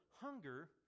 hunger